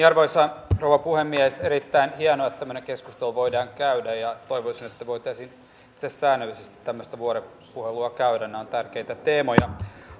arvoisa rouva puhemies erittäin hienoa että tämmöinen keskustelu voidaan käydä ja itse asiassa toivoisin että voisimme säännöllisesti tämmöistä vuoropuhelua käydä nämä ovat tärkeitä teemoja